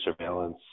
surveillance